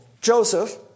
Joseph